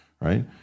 Right